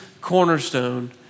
cornerstone